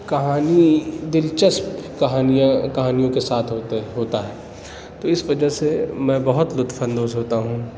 کہانی دِلچسپ کہانیاں کہانیوں کے ساتھ ہوتے ہیں ہوتا ہے تو اِس وجہ سے میں بہت لُطف اندوز ہوتا ہوں